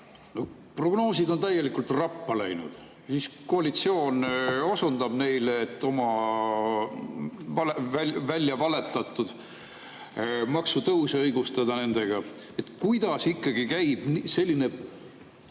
prognoosid on täielikult rappa läinud. Koalitsioon osundab neile, et oma välja valetatud maksutõuse õigustada nendega. Kuidas ikkagi käib selline